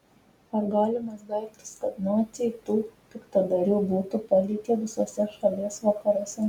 ar galimas daiktas kad naciai tų piktadarių būtų palikę visuose šalies vakaruose